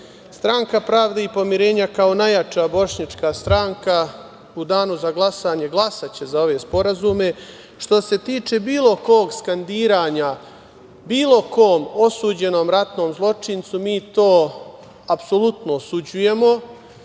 stranka Pravde i pomirenja kao najjača bošnjačka stranka u danu za glasanje glasaće za ove sporazume. Što se tiče bilo kog skandiranja, bilo kom osuđenom ratnom zločincu, mi to apsolutno osuđujemo